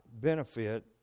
benefit